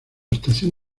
estación